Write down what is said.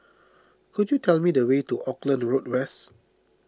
could you tell me the way to Auckland Road West